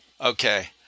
okay